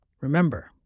Remember